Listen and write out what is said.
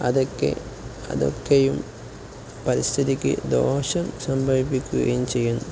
അതൊക്കെ അതൊക്കെയും പരിസ്ഥിതിക്കു ദോഷം സംഭവിപ്പിക്കുകയും ചെയ്യുന്നു